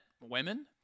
women